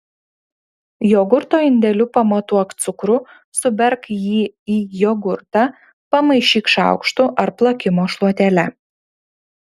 jogurto indeliu pamatuok cukrų suberk jį į jogurtą pamaišyk šaukštu ar plakimo šluotele